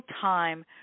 time